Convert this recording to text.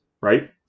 right